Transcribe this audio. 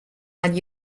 hat